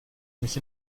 mich